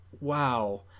wow